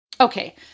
Okay